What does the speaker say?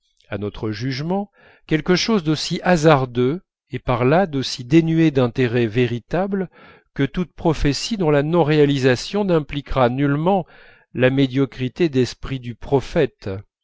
à notre jugement quelque chose d'aussi hasardeux et par là aussi dénué d'intérêt véritable que toute prophétie dont la non réalisation n'impliquera nullement la médiocrité d'esprit du prophète